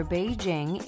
Beijing